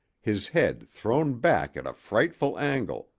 his head thrown back at a frightful angle,